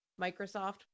Microsoft